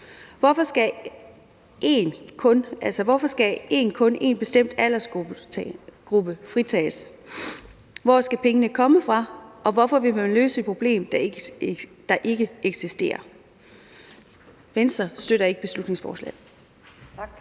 Hvorfor skal én bestemt aldersgruppe fritages? Hvor skal pengene komme fra? Hvorfor vil man løse et problem, der ikke eksisterer? Venstre støtter ikke beslutningsforslaget.